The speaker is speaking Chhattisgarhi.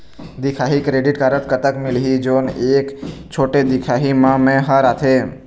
दिखाही क्रेडिट कारड कतक मिलही जोन एक छोटे दिखाही म मैं हर आथे?